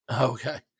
Okay